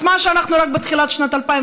אז מה שאנחנו רק בתחילת שנת 2018?